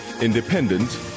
independent